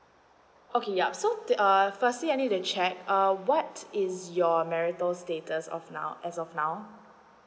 okay ya so err firstly I need to check um what's is your marital status of now as of now